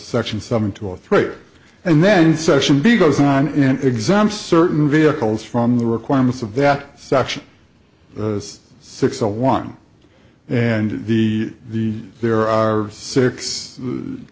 section seven two or three and then session b goes on an exam certain vehicles from the requirements of that section six a one and the the there are six